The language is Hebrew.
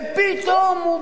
ופתאום הוא,